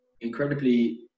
incredibly